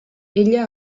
ella